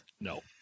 No